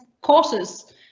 courses